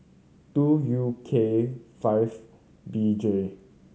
two U K five B J